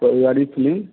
पारिवारिक फिलिम